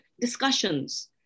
discussions